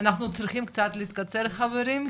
אנחנו צריכים קצת לקצר חברים,